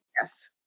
Yes